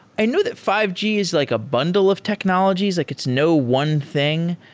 i know that five g is like a bundle of technologies. like it's no one thing.